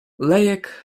lejek